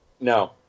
No